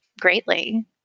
greatly